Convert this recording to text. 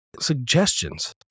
suggestions